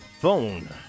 Phone